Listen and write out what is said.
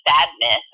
sadness